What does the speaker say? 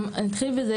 אתחיל בזה,